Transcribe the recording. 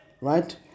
right